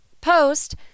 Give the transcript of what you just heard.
post